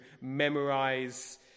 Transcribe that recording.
memorize